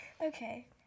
Okay